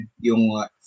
yung